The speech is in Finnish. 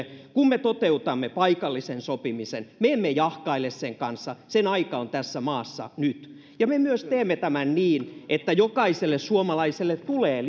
kun me toteutamme paikallisen sopimisen me emme jahkaile sen kanssa sen aika on tässä maassa nyt me myös teemme tämän niin että jokaiselle suomalaiselle tulee